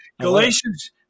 Galatians